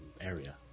area